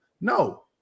No